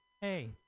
Hey